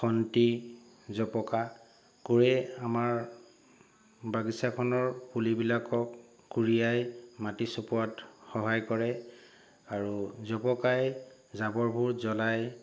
খন্তি জবকা কোৰে আমাৰ বাগিচাখনৰ পুলিবিলাকক কুৰিয়াই মাটি চপোৱাত সহায় কৰে আৰু জবকাই জাবৰবোৰ জ্বলাই